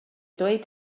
dweud